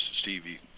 Stevie